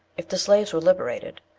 if the slaves were liberated,